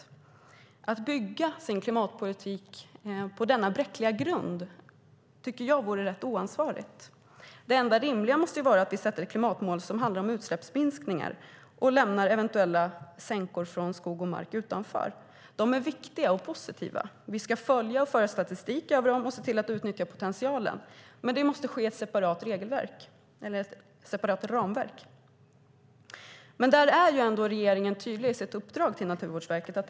Jag tycker att det vore rätt oansvarigt att bygga sin klimatpolitik på denna bräckliga grund. Den enda rimliga måste vara att vi sätter ett klimatmål som handlar om utsläppsminskningar och lämnar eventuella sänkor från skog och mark utanför. De är viktiga och positiva. Vi ska följa dem och föra statistik över dem, och vi ska se till att utnyttja potentialen. Men det måste ske i ett separat ramverk. Regeringen är tydlig i sitt uppdrag till Naturvårdsverket.